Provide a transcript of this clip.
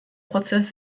prozess